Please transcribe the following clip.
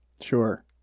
Sure